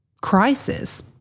crisis